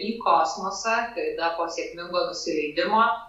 į kosmosą ir dar po sėkmingo nusileidimo